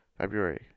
February